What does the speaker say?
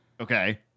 Okay